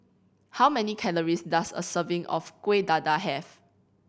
how many calories does a serving of Kueh Dadar have